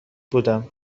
بودم